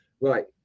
Right